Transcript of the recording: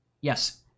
yes